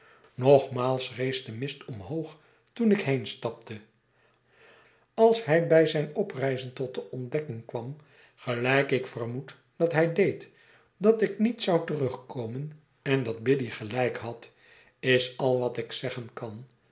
nogmaals rees de mist omhoog toen ik heenstapte als hij bij zijn oprijzen tot de ontdekking kwam gelijk ik vermoed dat hij deed dat ik niet zou terugkomen en dat biddy gelijk had is al wat ik zeggen kan